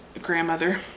grandmother